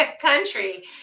country